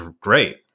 great